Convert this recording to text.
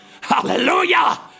Hallelujah